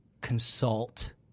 consult